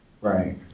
right